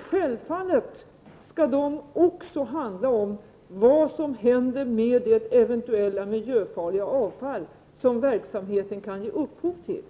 Självfallet skall dessa också handla om vad som händer med det eventuella miljöfarliga avfall som verksamheten kan ge upphov till.